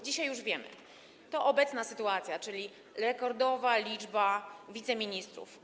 Dzisiaj już wiemy: to obecna sytuacja, czyli rekordowa liczba wiceministrów.